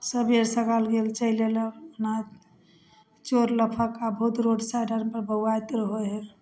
सबेर सकाल गेल चलि आएल ओना चोर लफङ्गा बहुत रोड साइड आओरपर बौआइत रहै हइ